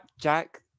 Jack